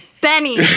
Benny